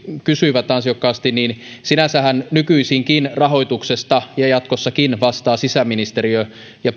kysyivät ansiokkaasti sinänsähän nykyisinkin ja jatkossakin rahoituksesta vastaa sisäministeriö ja